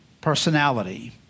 personality